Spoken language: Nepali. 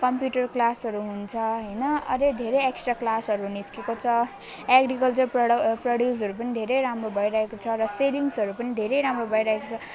कम्प्युटर क्लासहरू हुन्छ हैन अरे धेरै एक्स्ट्रा क्लासेसहरू निस्केको छ एग्रिकल्चर प्रोड प्रोड्युसहरू पनि धेरै राम्रो भइरहेको छ र सेभिङ्सहरू पनि धेरै राम्रो भइरहेको छ